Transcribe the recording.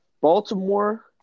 Baltimore